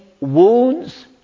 wounds